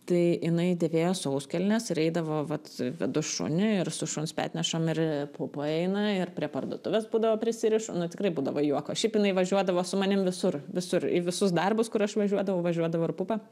tai jinai dėvėjo sauskelnes ir eidavo va vedu šunį ir su šuns petnešom ir pupa eina ir prie parduotuvės būdavo prisirišu nu tikrai būdavo juoko šiaip jinai važiuodavo su manim visur visur į visus darbus kur aš važiuodavau važiuodavo ir pupa